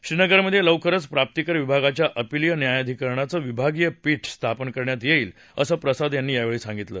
श्रीनगरमध्ये लवकरच प्राप्तिकर विभागाच्या अपिलीय न्यायाधिकरणाचं विभागीय पीठ स्थापन करण्यात येईल असं प्रसाद यांनी यावेळी सांगितलं